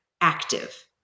active